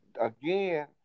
again